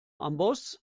amboss